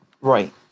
Right